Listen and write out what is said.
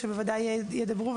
שבוודאי ידברו,